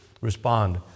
respond